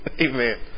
Amen